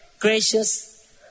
Gracious